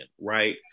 right